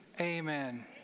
amen